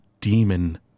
demon